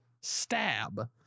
Stab